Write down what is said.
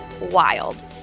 wild